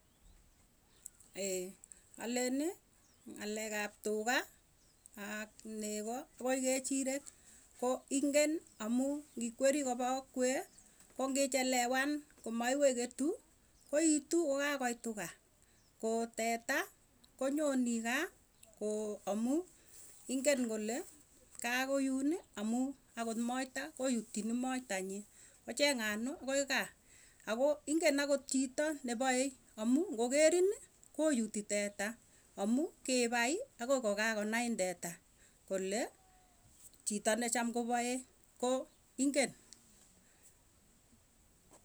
alen ng'alekap tuga ak nego akoi kechirek ko ingen amuu, ngikwerii kopaa akwee kongichelewan amaiweketuu koituu kokakoitu kaa koo teta konyonii gaa amuu ingen kole kaa koyun amuu akot moita koutchini moita nyii kocheng'anuu akoi kaa. akoo ingen akot chito nepae amuu ngokerin koyutiii teta amuu, kipaay akoi kokakonain teta kole chita necham kopaech koo ingen.